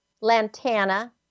lantana